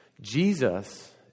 Jesus